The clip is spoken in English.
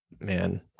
Man